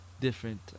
different